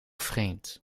vreemd